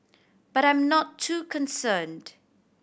but I am not too concerned